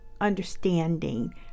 understanding